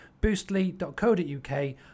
boostly.co.uk